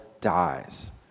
dies